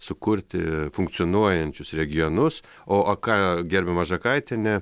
sukurti funkcionuojančius regionus o o ką gerbiama žakaitienė